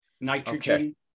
nitrogen